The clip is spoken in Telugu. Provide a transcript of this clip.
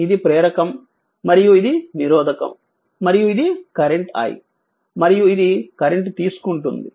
ఇది ప్రేరకం మరియు ఇది నిరోధకం మరియు ఇది కరెంట్ i మరియు ఇది కరెంటు తీసుకుంటుంది